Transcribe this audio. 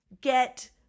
get